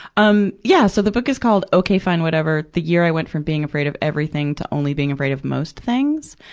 um yeah, so the book is called, okay fine whatever the year i went from being afraid of everything to only being afraid of most things.